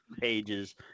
pages